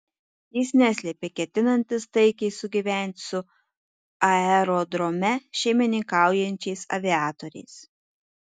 jis neslėpė ketinantis taikiai sugyventi su aerodrome šeimininkaujančiais aviatoriais